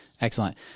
Excellent